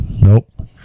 Nope